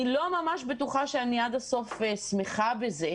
אני לא ממש בטוחה שאני עד הסוף שמחה בזה,